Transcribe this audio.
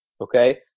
okay